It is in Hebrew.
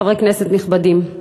חברי כנסת נכבדים,